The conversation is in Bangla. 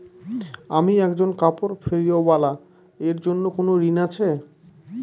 আমি একজন কাপড় ফেরীওয়ালা এর জন্য কোনো ঋণ আছে?